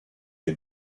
les